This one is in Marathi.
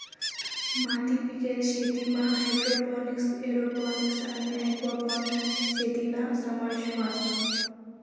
मातीबिगेर शेतीमा हायड्रोपोनिक्स, एरोपोनिक्स आणि एक्वापोनिक्स शेतीना समावेश व्हस